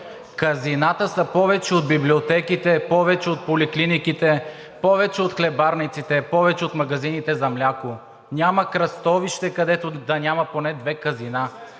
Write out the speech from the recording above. казината са повече от библиотеките, повече от поликлиниките, повече от хлебарниците, повече от магазините за мляко. Няма кръстовище, където да няма поне две казина.